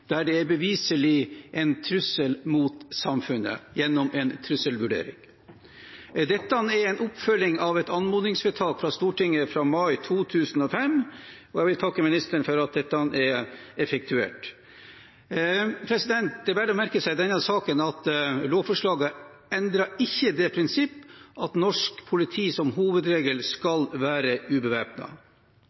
der det beviselig er en trussel mot samfunnet gjennom en trusselvurdering. Dette er en oppfølging av et anmodningsvedtak i Stortinget fra mai 2005, og jeg vil takke justisministeren for at dette er effektuert. Det er verdt å merke seg i denne saken at lovforslaget ikke endrer prinsippet om at norsk politi som hovedregel skal være